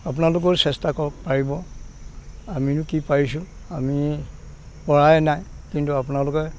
আপোনালোকেও চেষ্টা কৰক পাৰিব আমিনো কি পাৰিছোঁ আমি পৰাই নাই কিন্তু আপোনালোকে